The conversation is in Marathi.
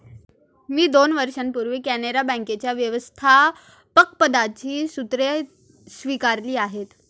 मी दोन वर्षांपूर्वी कॅनरा बँकेच्या व्यवस्थापकपदाची सूत्रे स्वीकारली आहेत